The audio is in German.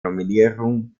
nominierung